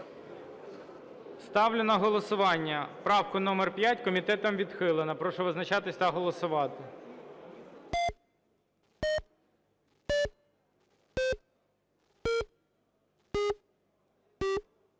Ставлю на голосування правку номер 5. Комітетом відхилена. Прошу визначатися та голосувати.